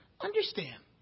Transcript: Understand